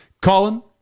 Colin